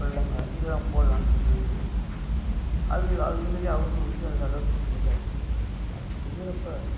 புட்லங்க இதெலாம் போடலான்னு சொன்ன பார் அது அதுமாரி அவரும் வந்து அந்தளவுக்கு செஞ்சார் அப்படி செய்கிறப்ப